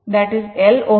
ಇದು R